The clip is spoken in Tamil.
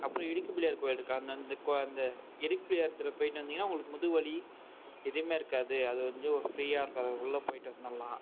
அப்படியே இடுக்கு பிள்ளையார் கோயில் இருக்குது அந்த இடுக்கு பிள்ளையார் தெருவுக்கு போய்ட்டு வந்தீங்கனா உங்குளுக்கு முதுகு வலி எதுவுமே இருக்காது அது வந்து ஃபிரீயாக இருக்காது உள்ள போய்ட்டு வந்தோம்னா